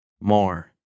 more